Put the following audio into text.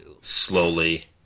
slowly